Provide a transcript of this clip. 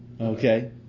Okay